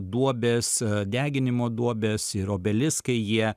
duobes deginimo duobes ir obeliskai jie